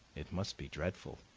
it must be dreadful,